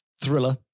thriller